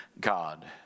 God